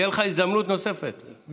תהיה לך הזדמנות נוספת.